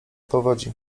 powodzi